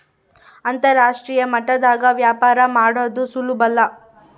ಅಂತರಾಷ್ಟ್ರೀಯ ಮಟ್ಟದಾಗ ವ್ಯಾಪಾರ ಮಾಡದು ಸುಲುಬಲ್ಲ